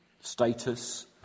status